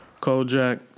Kojak